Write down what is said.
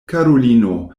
karulino